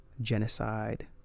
genocide